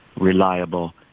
reliable